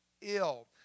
ill